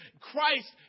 Christ